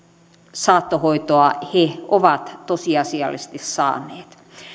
saattohoitoa he ovat tosiasiallisesti saaneet